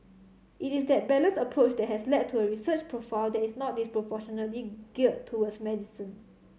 it is that balanced approach that has led to a research profile that is not disproportionately geared towards medicine